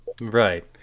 Right